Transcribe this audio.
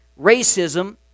racism